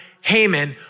Haman